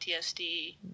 ptsd